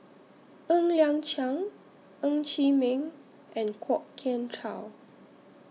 Ng Liang Chiang Ng Chee Meng and Kwok Kian Chow